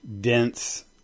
dense